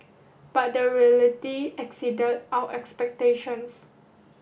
but the reality exceeded our expectations